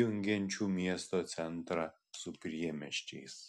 jungiančių miesto centrą su priemiesčiais